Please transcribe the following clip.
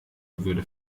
würde